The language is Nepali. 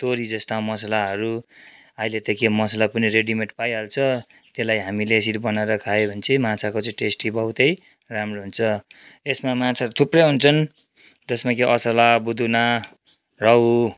तोरी जस्तो मसालाहरू अहिले त के मसाला रेडिमेड पाइहाल्छ त्यसलाई हामीले यसरी बनाएर खायो भने चाहिँ माछाको चाहिँ टेस्टी बहुतै राम्रो हुन्छ यसमा माछा थुप्रै हुन्छन् त्यसमा कि असला बुदुना रहु